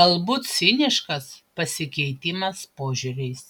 galbūt ciniškas pasikeitimas požiūriais